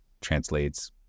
translates